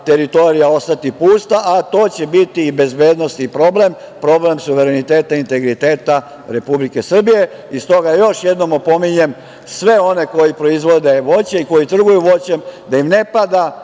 teritorija ostati pusta, a to će biti i bezbednosni problem, problem suvereniteta i integriteta Republike Srbije. Stoga, još jednom opominjem sve one koji proizvode voće i koji trguju voćem i povrćem da im ne pada